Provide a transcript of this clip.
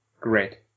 great